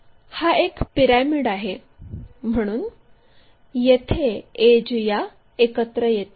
हा एक पिरॅमिड आहे म्हणून येथे एड्ज या एकत्र येतील